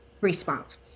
response